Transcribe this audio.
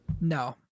No